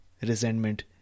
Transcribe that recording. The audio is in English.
resentment